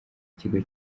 kigo